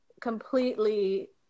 completely